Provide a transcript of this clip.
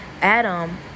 Adam